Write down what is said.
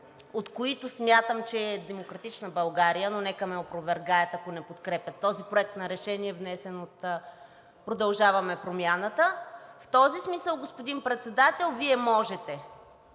от които смятам, че е „Демократична България“, но нека ме опровергаят, ако не подкрепят този проект на решение, внесен от „Продължаваме Промяната“. В този смисъл, господин Председател, Вие можете